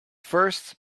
first